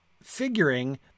Figuring